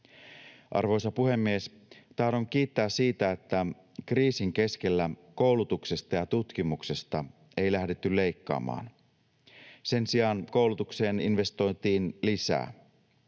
Arvoisa puhemies! Tahdon kiittää siitä, että kriisin keskellä koulutuksesta ja tutkimuksesta ei lähdetty leikkaamaan. Sen sijaan koulutukseen investointiin lisää.